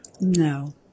No